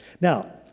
Now